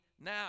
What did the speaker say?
now